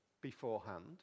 beforehand